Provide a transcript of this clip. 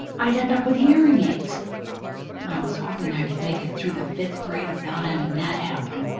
i'd end up with hearing aids and i was hoping i could make it through the fifth grade without having that happen.